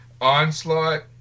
Onslaught